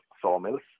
sawmills